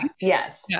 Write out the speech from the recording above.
yes